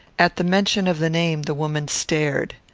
at the mention of the name the woman stared.